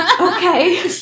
okay